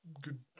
Good